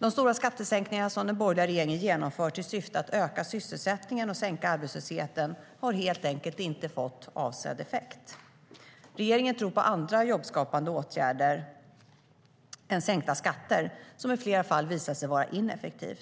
De stora skattesänkningar som den borgerliga regeringen genomfört i syfte att öka sysselsättningen och sänka arbetslösheten har helt enkelt inte fått avsedd effekt. Regeringen tror på andra jobbskapande åtgärder än sänkta skatter, som i flera fall visat sig vara ineffektiva.